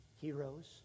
heroes